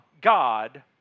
God